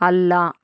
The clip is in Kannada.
ಅಲ್ಲ